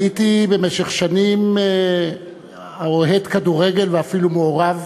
הייתי במשך שנים אוהד כדורגל ואפילו מעורב